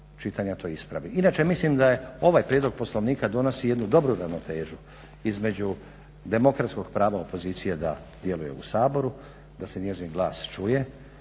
Inače, mislim da ovaj prijedlog Poslovnika donosi jednu dobru ravnotežu između demokratskog prava opozicije da djeluje u Saboru da se njezin glas čuje